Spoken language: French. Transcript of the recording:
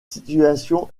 situation